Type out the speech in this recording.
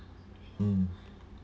mm